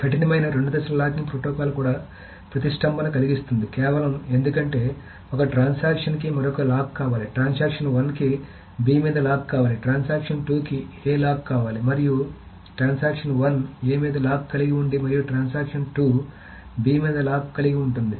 కఠినమైన రెండు దశల లాకింగ్ ప్రోటోకాల్ కూడా ప్రతిష్టంభన కలిగిస్తుంది కేవలం ఎందుకంటే ఒక ట్రాన్సాక్షన్ కి మరొక లాక్ కావాలి ట్రాన్సాక్షన్ 1 కి B మీద లాక్ కావాలి ట్రాన్సాక్షన్ 2 కి A లాక్ కావాలి మరియు ట్రాన్సాక్షన్ 1 A మీద లాక్ కలిగి ఉండి మరియు ట్రాన్సాక్షన్ 2 B మీద లాక్ కలిగి ఉంటుంది